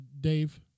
Dave